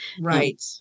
right